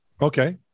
Okay